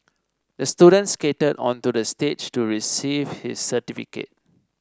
the student skated onto the stage to receive his certificate